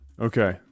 Okay